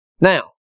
Now